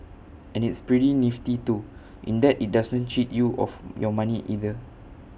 and it's pretty nifty too in that IT doesn't cheat you of your money either